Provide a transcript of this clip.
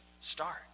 start